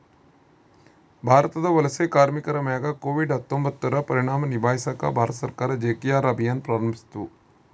ಭಾರತದ ವಲಸೆ ಕಾರ್ಮಿಕರ ಮ್ಯಾಗ ಕೋವಿಡ್ ಹತ್ತೊಂಬತ್ತುರ ಪರಿಣಾಮ ನಿಭಾಯಿಸಾಕ ಭಾರತ ಸರ್ಕಾರ ಜಿ.ಕೆ.ಆರ್ ಅಭಿಯಾನ್ ಪ್ರಾರಂಭಿಸಿತು